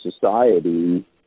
society